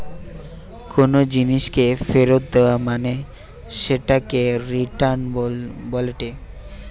কোনো জিনিসকে ফেরত দেয়া মানে সেটাকে রিটার্ন বলেটে